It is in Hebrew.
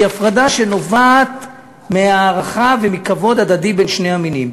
הפרדה שנובעת מהערכה ומכבוד הדדי בין שני המינים,